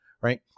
right